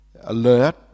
alert